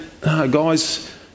guys